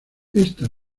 esta